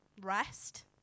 rest